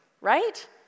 Right